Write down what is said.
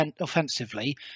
offensively